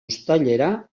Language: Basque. uztailera